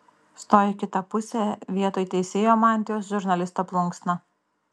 stojo į kitą pusę vietoj teisėjo mantijos žurnalisto plunksna